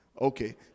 Okay